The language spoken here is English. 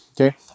okay